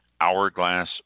Hourglass